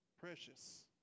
precious